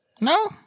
No